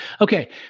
Okay